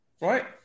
right